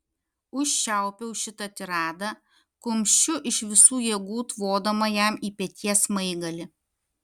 užčiaupiau šitą tiradą kumščiu iš visų jėgų tvodama jam į peties smaigalį